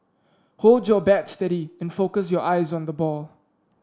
hold your bat steady and focus your eyes on the ball